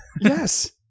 Yes